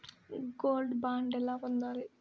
Gold bond ఎలా పొందాలి?